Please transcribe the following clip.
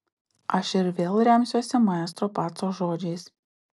aš ir vėl remsiuosi maestro paco žodžiais